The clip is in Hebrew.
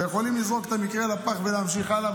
ויכולים לזרוק את המקרה לפח ולהמשיך הלאה,